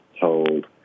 told